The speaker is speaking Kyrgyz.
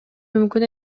мүмкүн